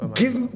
give